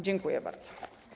Dziękuję bardzo.